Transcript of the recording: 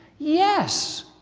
yes,